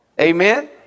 Amen